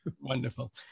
Wonderful